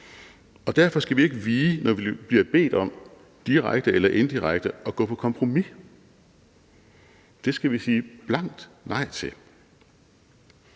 og derfor skal vi ikke vige, når vi direkte eller indirekte bliver bedt om at gå på kompromis. Det skal vi sige blankt nej til.